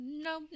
no